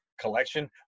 collection